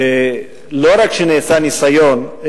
לא רק שנעשה ניסיון,